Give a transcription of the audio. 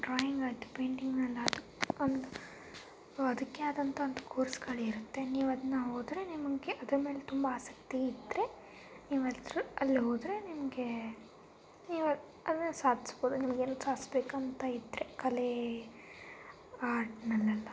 ಡ್ರಾಯಿಂಗ್ನದ್ದು ಪೈಂಟಿಂಗ್ನಲ್ಲದು ಅದಕ್ಕೆ ಆದಂಥ ಒಂದು ಕೋರ್ಸ್ಗಳಿರುತ್ತೆ ನೀವು ಅದನ್ನ ಹೋದರೆ ನಿಮಗೆ ಅದರ ಮೇಲೆ ತುಂಬ ಆಸಕ್ತಿ ಇದ್ದರೆ ನಿಮ್ಮ ಅಲ್ಲಿ ಹೋದರೆ ನಿಮಗೆ ಸಾಧಿಸ್ಬೋದು ಸಾಧಿಸ್ಬೇಕಂತ ಇದ್ದರೆ ಕಲೆ ಆರ್ಟ್ನಲ್ಲೆಲ್ಲ